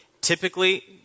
typically